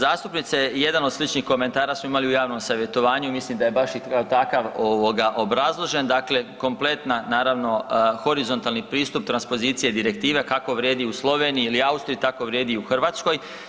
Uvažena zastupnice, jedan od sličnih komentara smo imali u javnom savjetovanju i mislim da je baš takav i obrazložen, dakle kompletna naravno horizontalni pristup transpozicije direktive kako vrijedi u Sloveniji ili Austriji tako vrijedi i u Hrvatskoj.